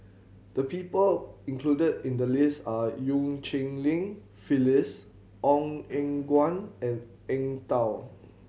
the people included in the list are Eu Cheng Li Phyllis Ong Eng Guan and Eng Tow